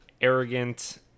arrogant